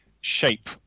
shape